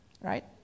Right